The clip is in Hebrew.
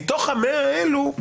מתוך ה-100 האלו,